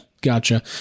gotcha